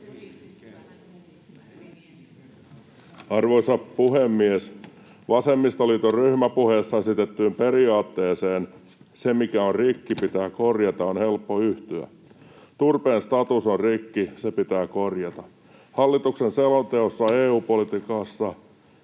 Arvoisa puhemies! Vasemmistoliiton ryhmäpuheessa esitettyyn periaatteeseen ”se mikä on rikki, pitää korjata” on helppo yhtyä. Turpeen status on rikki, se pitää korjata. Hallituksen selonteossa EU-politiikasta,